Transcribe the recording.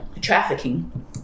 trafficking